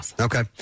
Okay